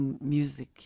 music